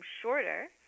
shorter